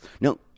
No